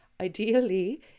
Ideally